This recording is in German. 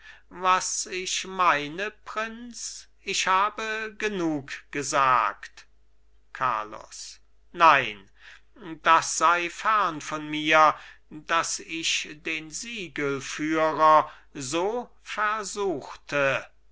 was ich meine prinz ich habe genug gesagt carlos nein das sei fern von mir daß ich den siegelführer so versuchte